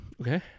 Okay